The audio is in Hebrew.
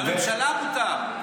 לממשלה מותר.